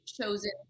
chosen